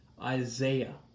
Isaiah